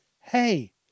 hey